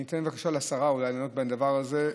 אתן לשרה לענות על זה.